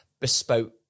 bespoke